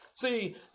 See